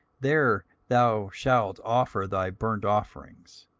there thou shalt offer thy burnt offerings,